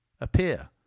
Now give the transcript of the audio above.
appear